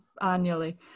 annually